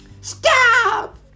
Stop